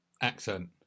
accent